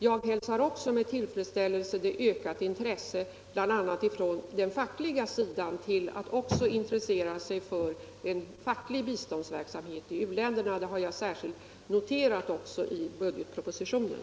Jag hälsar också med tillfredsställelse det ökade intresset från bl.a. fackligt håll för biståndsverksamhet i u-länderna. Detta har jag särskilt noterat i budgetpropositionen.